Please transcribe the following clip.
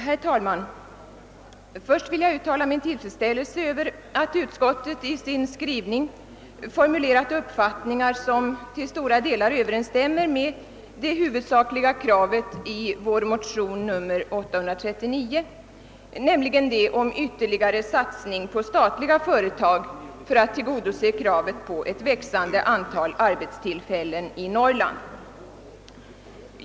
Herr talman! Först vill jag uttala min tillfredsställelse över att utskottet i sin skrivning formulerat uppfattningar som till stora delar överensstämmer med det huvudsakliga kravet i vår motion nr 839, nämligen om ytterligare satsning på statliga företag för att tillgodose kravet på ett växande antal arbetstillfällen i Norrland.